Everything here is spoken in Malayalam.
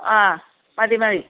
ആ മതി മതി